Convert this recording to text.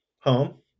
home